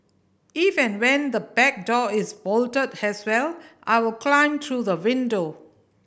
if and when the back door is bolted as well I will climb through the window